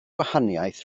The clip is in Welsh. gwahaniaeth